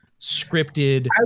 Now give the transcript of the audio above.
scripted